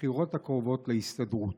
בבחירות הקרובות להסתדרות.